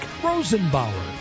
Rosenbauer